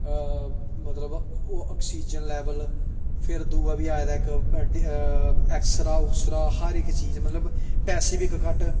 मतलब ओह् oxygen level फिर दूआ बी आए दा इक बड्डे ऐक्सरा उक्सरा हर इक चीज मतलब पैसे बी इक घट्ट